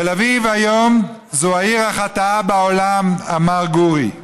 תל אביב היום זו העיר החטאה בעולם, אמר גורי.